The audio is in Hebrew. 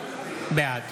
בעד